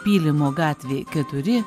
pylimo gatvė keturi